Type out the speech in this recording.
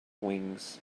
wings